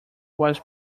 was